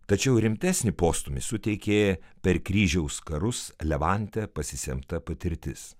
tačiau rimtesnį postūmį suteikė per kryžiaus karus levante pasisemta patirtis